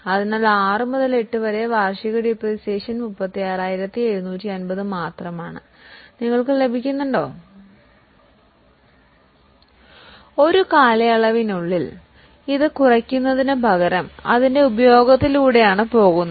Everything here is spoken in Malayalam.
അതിനാൽ 6 8 വാർഷിക ഡിപ്രീസിയേഷൻ 36750 മാത്രമാണ് അതിനാൽ ഒരു കാലയളവിനുള്ളിൽ ഇത് കുറയ്ക്കുന്നതിനുപകരം അതിന്റെ ഉപയോഗത്തിലൂടെയാണ് പോകുന്നത്